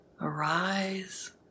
arise